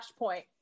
Flashpoint